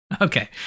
Okay